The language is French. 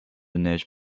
neige